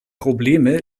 probleme